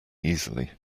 easily